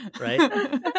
right